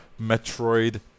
Metroid